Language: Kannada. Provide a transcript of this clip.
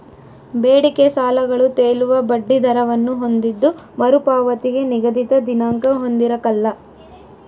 ಬೇಡಿಕೆ ಸಾಲಗಳು ತೇಲುವ ಬಡ್ಡಿ ದರವನ್ನು ಹೊಂದಿದ್ದು ಮರುಪಾವತಿಗೆ ನಿಗದಿತ ದಿನಾಂಕ ಹೊಂದಿರಕಲ್ಲ